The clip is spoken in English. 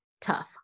tough